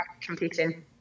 competing